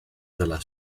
dalla